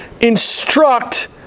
instruct